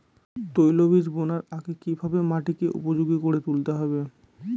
তৈলবীজ বোনার আগে কিভাবে মাটিকে উপযোগী করে তুলতে হবে?